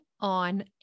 on